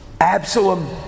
Absalom